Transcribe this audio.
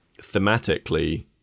thematically